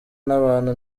n’abantu